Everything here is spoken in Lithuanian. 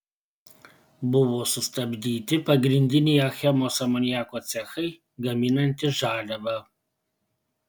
buvo sustabdyti pagrindiniai achemos amoniako cechai gaminantys žaliavą